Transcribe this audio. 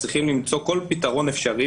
צריכים למצוא כל פתרון אפשרי,